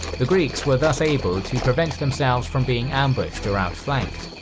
the greeks were thus able to prevent themselves from being ambushed or outflanked,